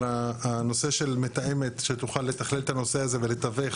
אבל הנושא של מתאמת שתוכל לתכלל את הנושא הזה ולתווך